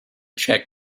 checked